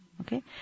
Okay